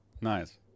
nice